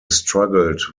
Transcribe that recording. struggled